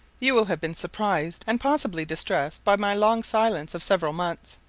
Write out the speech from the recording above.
you will have been surprised, and possibly distressed, by my long silence of several months,